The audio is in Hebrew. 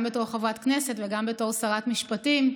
גם בתור חברת כנסת וגם בתור שרת משפטים.